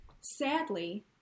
sadly